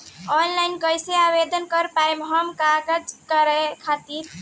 Online कइसे आवेदन कर पाएम हम कर्जा लेवे खातिर?